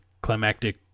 climactic